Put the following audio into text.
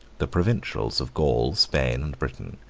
the provincials of gaul, spain, and britain,